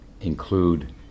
include